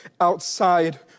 outside